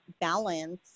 balance